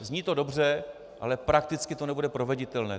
Zní to dobře, ale prakticky to nebude proveditelné.